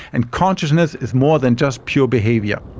and consciousness is more than just pure behaviour.